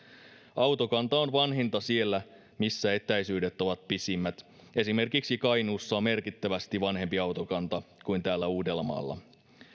autokanta on vanhinta siellä missä etäisyydet ovat pisimmät esimerkiksi kainuussa on merkittävästi vanhempi autokanta kuin täällä uudellamaalla